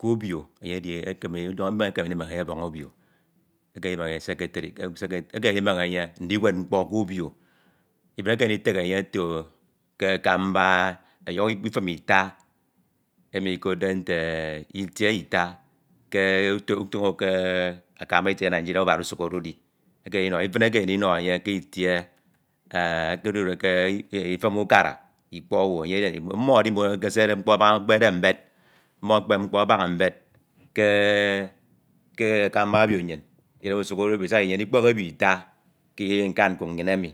K’ebi enye. mmo ekenek enye mkpo k’ebi. ekeme ndimek enye o̱bon̄ obio. ekeme ndimek enye seketery ekeme ndimek enye ndinwed mkpo ke ebi ekeme ndilake enye ke abamba efin ua eimi ekotde emi ekotde etie ita ke utoño ke amamba itie ita ke Nigeria ubao usukhode udi ekeme ndino e efim ekeme ndion e akamba itie ke ifum ukara ikpo owu. mmo edi mme mkpo abaña ekpede mbed. mmo ekpep mkpo abaña mbed. mme ekpep mkpo abaña mbed ke. ke abanba obio nnyin. ke usukhọde siak hyene ikpedhe ukara ita ke nkan nkuk Anyin emi